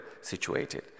situated